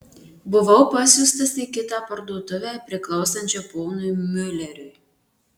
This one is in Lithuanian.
buvau pasiųstas į kitą parduotuvę priklausančią ponui miuleriui